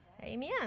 Amen